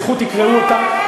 תלכו תקראו אותם,